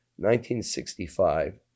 1965